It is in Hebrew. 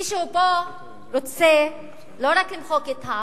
מישהו פה רוצה לא רק למחוק את העבר,